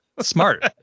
Smart